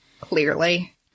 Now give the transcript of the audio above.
Clearly